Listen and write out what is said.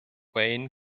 wayne